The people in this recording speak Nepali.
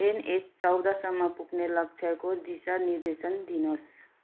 एनएच चौधसम्म पुग्ने लक्ष्यको दिशा निर्देशन दिनुहोस्